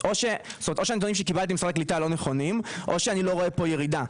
אז או הנתונים שקיבלתי ממשרד הקליטה לא נכונים או אני לא רואה פה ירידה.